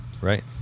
right